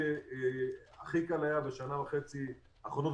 הכי קל היה בשנה וחצי האחרונות,